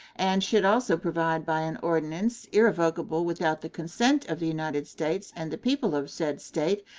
and should also provide by an ordinance, irrevocable without the consent of the united states and the people of said state,